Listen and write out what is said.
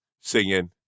singing